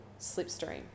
slipstream